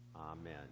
Amen